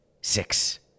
six